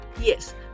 Yes